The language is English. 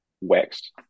waxed